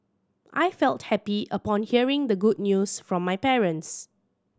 I felt happy upon hearing the good news from my parents